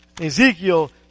Ezekiel